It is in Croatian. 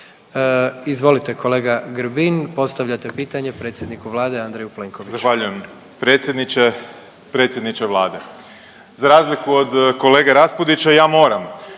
Izvolite kolega Grbin, postavljate pitanje predsjedniku Vlade Andreju Plenkoviću. **Grbin, Peđa (SDP)** Zahvaljujem predsjedniče. Predsjedniče Vlade, za razliku od kolege Raspudića ja moram